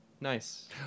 Nice